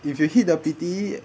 if you hit the pity